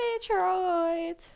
Detroit